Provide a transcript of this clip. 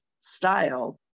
style